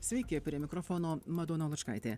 sveiki prie mikrofono madona lučkaitė